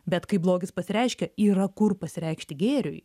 bet kai blogis pasireiškia yra kur pasireikšti gėriui